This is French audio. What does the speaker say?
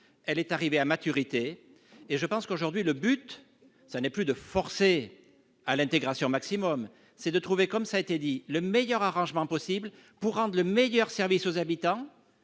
Elle est arrivée à maturité. Aujourd'hui, il s'agit non plus de forcer à l'intégration maximale, mais de trouver, comme cela a été dit, le meilleur arrangement possible pour rendre le meilleur service aux habitants,